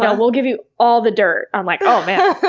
um we'll give you all the dirt. um like, oh man,